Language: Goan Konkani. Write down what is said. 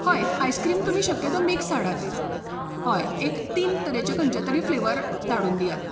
आयस्क्रीम तुमी शक्यतो मिक्स हाडात हय एक तीन तरेचे खंयचे तरी फ्लेवर धाडून दियात